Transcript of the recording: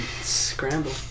scramble